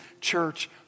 church